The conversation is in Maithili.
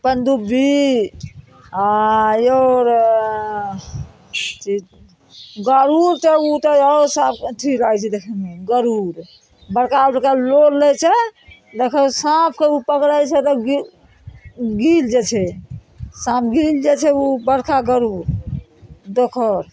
पन्दूबी आओर की गरूर तऽ उ तऽ आओर सब अथी रहय छै देखयमे गरूर बड़का बड़का लोल रहय छै देखहो साँपके उ पकड़य छै तऽ गीर गील जे छै साँप गील जे छै उ बड़का गरूर डकहर